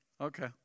okay